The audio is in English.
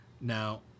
Now